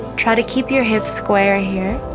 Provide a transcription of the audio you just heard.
try to keep your hips square here.